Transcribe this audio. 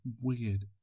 weird